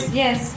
yes